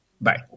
Bye